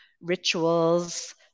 rituals